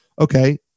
okay